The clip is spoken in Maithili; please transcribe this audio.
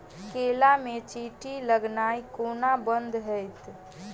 केला मे चींटी लगनाइ कोना बंद हेतइ?